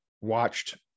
watched